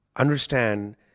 Understand